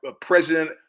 president